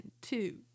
two